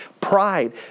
pride